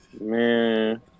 Man